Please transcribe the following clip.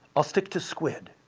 i'll stick to squid.